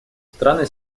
страны